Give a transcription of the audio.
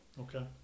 Okay